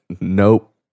nope